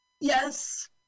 Yes